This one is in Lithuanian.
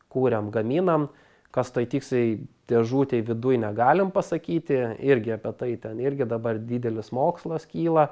kuriam gaminam kas toj tiksliai dėžutėj viduj negalim pasakyti irgi apie tai ten irgi dabar didelis mokslas kyla